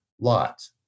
lot